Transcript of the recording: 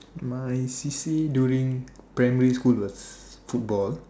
my C_C_A during primary school was football